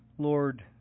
Lord